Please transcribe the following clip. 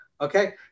okay